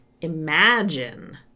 Imagine